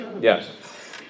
Yes